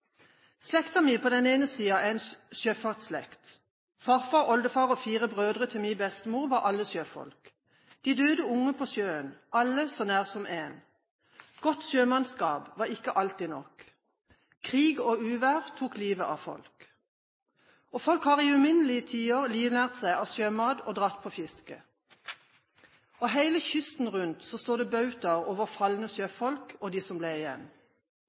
Slekten min på den ene siden er en sjøfartsslekt. Farfar, oldefar og fire brødre til min bestemor var alle sjøfolk. De døde unge på sjøen, alle så nær som en. Godt sjømannskap var ikke alltid nok. Krig og uvær tok livet av folk. Folk har i uminnelige tider livnært seg av sjømat og dratt på fiske. Hele kysten rundt står det bautaer over falne sjøfolk og de som ble igjen.